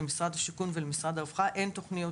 למשרד השיכון ולמשרד הרווחה אין תוכניות